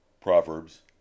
Proverbs